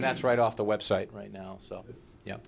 that's right off the website right now so y